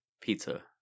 pizza